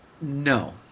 No